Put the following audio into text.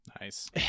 Nice